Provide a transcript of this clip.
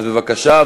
אז בבקשה.